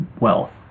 wealth